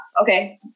Okay